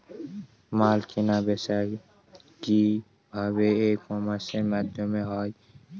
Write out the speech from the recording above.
মাল কেনাবেচা কি ভাবে ই কমার্সের মাধ্যমে হয়?